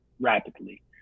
rapidly